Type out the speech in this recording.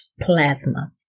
plasma